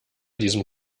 diesem